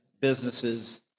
businesses